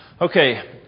Okay